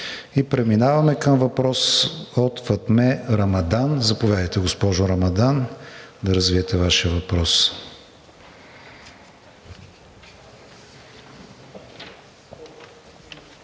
и преминаваме към въпрос от Фатме Рамадан. Заповядайте, госпожо Рамадан, да развиете Вашия въпрос.